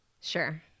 sure